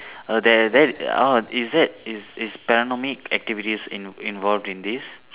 err there there orh is that is is panoramic activity in~ involved in this